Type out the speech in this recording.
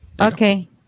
Okay